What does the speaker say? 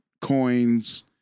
coins